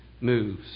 moves